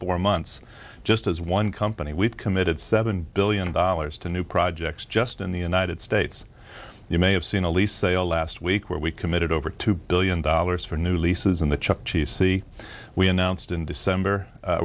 four months just as one company we've committed seven billion dollars to new projects just in the united states you may have seen a lease sale last week where we committed over two billion dollars for new leases in the chuck cheese sea we announced in december